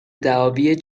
دعاوی